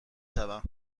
شوم